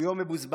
הוא יום מבוזבז,